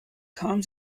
kam